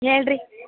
ಹೇಳ್ರಿ